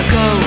go